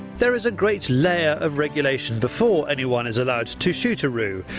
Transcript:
there is a great layer of regulation before anyone is allowed to shoot a roo,